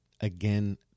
again